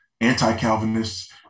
anti-Calvinists